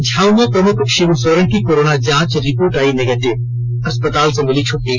झामुमो प्रमुख शिब्र सोरेन की कोरोना जांच रिपोर्ट आई निगेटिव अस्पताल से मिली छुट्टी